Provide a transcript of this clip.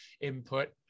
input